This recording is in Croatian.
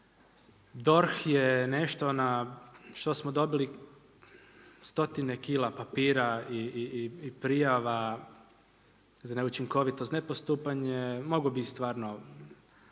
DORH je nešto na što smo dobili stotine kila papira i prijava za neučinkovitost, nepostupanje. Mogao bih stvarno kad bih